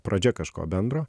pradžia kažko bendro